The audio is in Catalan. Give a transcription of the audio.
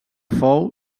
fou